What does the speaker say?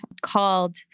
called